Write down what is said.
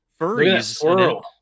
furries